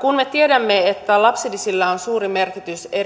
kun me tiedämme että lapsilisillä on suuri merkitys